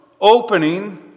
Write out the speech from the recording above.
opening